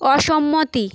অসম্মতি